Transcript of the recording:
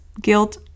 guilt